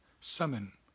summon